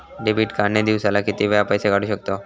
Debit card ने दिवसाला किती वेळा पैसे काढू शकतव?